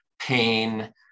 pain